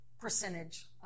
percentage